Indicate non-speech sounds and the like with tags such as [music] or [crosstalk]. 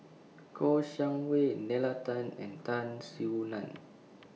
[unintelligible] Shang Wei Nalla Tan and Tan Soo NAN